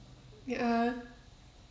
it uh